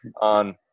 on